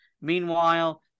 Meanwhile